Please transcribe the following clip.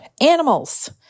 animals